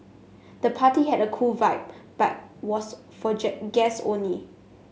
the party had a cool vibe but was for guests only